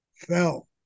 fell